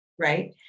Right